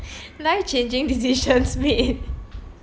life changing decisions made